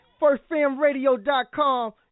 Firstfamradio.com